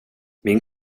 min